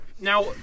Now